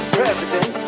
president